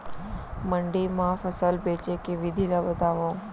मंडी मा फसल बेचे के विधि ला बतावव?